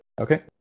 Okay